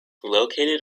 located